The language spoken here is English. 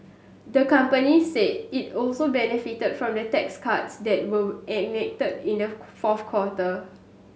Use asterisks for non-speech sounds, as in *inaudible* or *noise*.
the company said it also benefited from the tax cuts that were enacted in the *unintelligible* fourth quarter